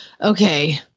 okay